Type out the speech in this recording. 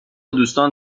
دوستان